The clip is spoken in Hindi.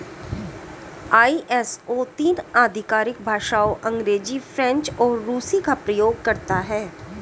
आई.एस.ओ तीन आधिकारिक भाषाओं अंग्रेजी, फ्रेंच और रूसी का प्रयोग करता है